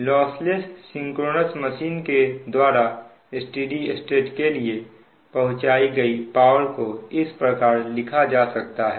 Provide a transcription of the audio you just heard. lossless synchronous machine के द्वारा steady state के लिए पहुंचाई गई पावर को इस प्रकार लिखा जा सकता है